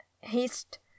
Haste